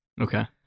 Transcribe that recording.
Okay